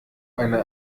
eine